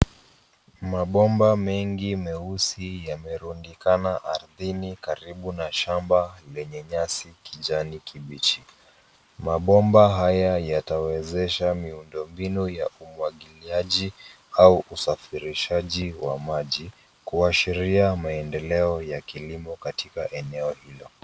Mabomba mengi meusi yamerundikana ardhini karibu na shamba lenye nyasi kijani kibichi. Mabomba haya yatawezesha miundo mbinu ya umwagiliaji au usafirishaji wa maji kuashiria maendeleo ya kilimo katika eneo hilo.